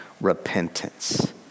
repentance